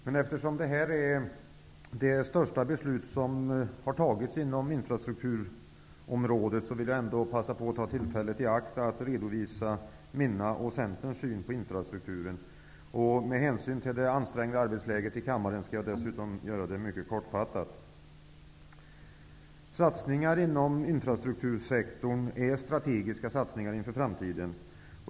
Men eftersom detta är det största beslut som har fattats inom infrastrukturområdet vill jag ändå passa på att ta tillfället i akt att redovisa min och Centerns syn på infrastrukturen. Med hänsyn till de ansträngda arbetsläget i kammaren skall jag dessutom göra det mycket kortfattat. Satsningar inom infrastruktursektorn är strategiska satsningar inför framtiden.